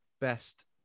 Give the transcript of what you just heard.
Best